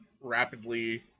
rapidly